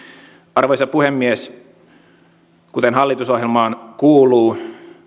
arvoisa puhemies kuten hallitusohjelmaan kuuluu